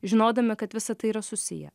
žinodami kad visa tai yra susiję